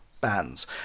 bands